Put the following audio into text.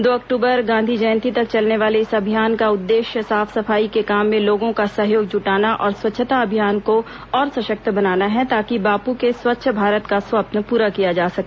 दो अक्टूबर गांधी जयंती तक चलने वाले इस अभियान का उद्देश्य साफ सफाई के काम में लोगों का सहयोग जुटाना और स्वच्छता अभियान को और सशक्त बनाना है ताकि बापू के स्वच्छ भारत का स्वप्न प्रा किया जा सके